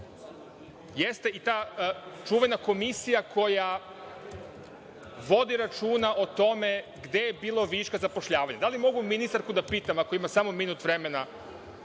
jeste i ta čuvena komisija koja vodi računa o tome gde je bilo viška zapošljavanja. Da li mogu ministarku da pitam, ako ima samo minut vremena,